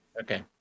Okay